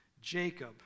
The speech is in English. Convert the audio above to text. Jacob